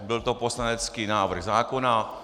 Byl to poslanecký návrh zákona.